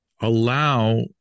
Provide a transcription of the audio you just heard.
allow